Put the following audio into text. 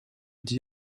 dit